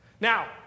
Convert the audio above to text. now